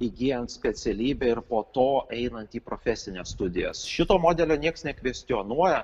įgyjant specialybę ir po to einant į profesines studijas šito modelio nieks nekvestionuoja